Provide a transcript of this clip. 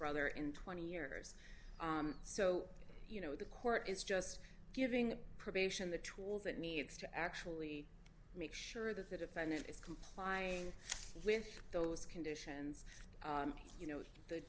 brother in twenty years so you know the court is just giving probation the trolls it needs to actually make sure that the defendant is complying with those conditions you know the